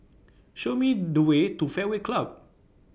Show Me The Way to Fairway Club